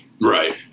Right